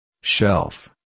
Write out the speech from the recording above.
Shelf